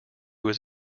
was